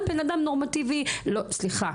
גם בן-אדם נורמטיבי סליחה,